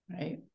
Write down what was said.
Right